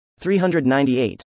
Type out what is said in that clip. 398